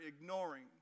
ignoring